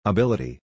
Ability